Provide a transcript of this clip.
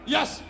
Yes